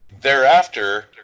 Thereafter